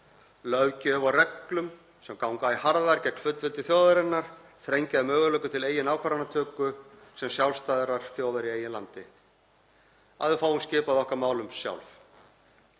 löggjöf og reglur sem ganga æ harðar gegn fullveldi þjóðarinnar, þrengja að möguleikum til eigin ákvarðanatöku sem sjálfstæðrar þjóðar í eigin landi, að við fáum skipað okkar málum sjálf.